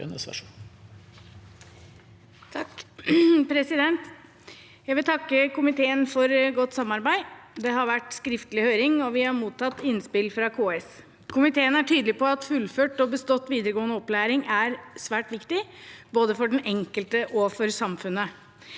sa- ken): Jeg vil takke komiteen for godt samarbeid. Det har vært skriftlig høring, og vi har mottatt innspill fra KS. Komiteen er tydelig på at fullført og bestått videregående opplæring er svært viktig, både for den enkelte og for samfunnet.